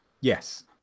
yes